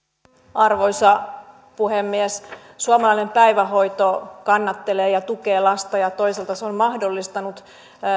arvoisa puhemies suomalainen päivähoito kannattelee ja tukee lasta ja toisaalta se on mahdollistanut